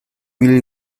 will